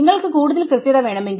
നിങ്ങൾക്ക് കൂടുതൽ കൃത്യത വേണമെങ്കിൽ